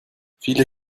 viele